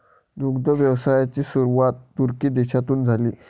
दुग्ध व्यवसायाची सुरुवात तुर्की देशातून झाली